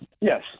Yes